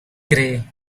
grey